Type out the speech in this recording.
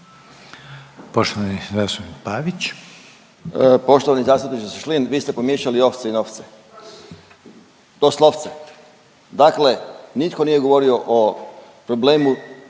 Poštovani zastupniče Šašlin, vi ste pomiješali ovce i novce, doslovce. Dakle, nitko nije govorio o problemu